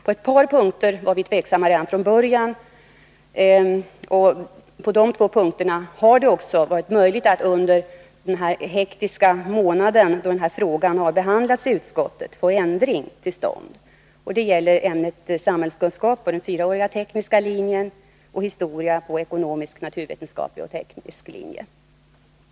På ett par punkter var vi tveksamma redan från början, och på de punkterna har det också varit möjligt att under den hektiska månad då denna fråga har behandlats i utskottet få en ändring till stånd. Det gäller ämnet samhällskunskap på den 4-åriga tekniska linjen och ämnet historia på ekonomisk, naturvetenskaplig och teknisk linje.